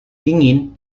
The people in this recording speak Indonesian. dingin